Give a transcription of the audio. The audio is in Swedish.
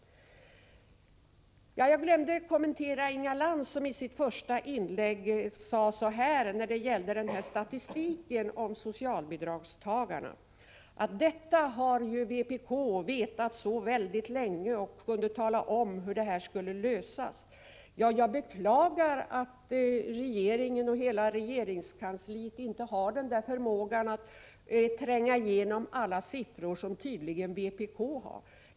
Jag glömde att kommentera Inga Lantz anförande. Hon säger i sitt första inlägg angående statistiken över socialbidragstagare att vpk väldigt länge känt till detta och kunde tala om hur problemet skall lösas. Jag beklagar att regeringen och hela regeringskansliet inte har den förmågan att tränga igenom alla siffror som tydligen vpk har.